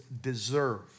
deserve